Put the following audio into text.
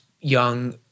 young